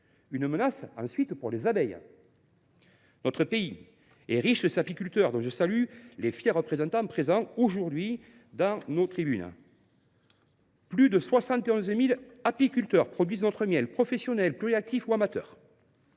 une menace, ensuite, pour les abeilles : notre pays est riche de ses apiculteurs, dont je salue les fiers représentants présents aujourd’hui dans nos tribunes. Ils sont plus de 71 000 à produire notre miel, professionnels, pluriactifs ou amateurs